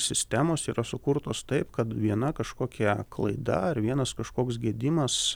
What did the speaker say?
sistemos yra sukurtos taip kad viena kažkokia klaida ar vienas kažkoks gedimas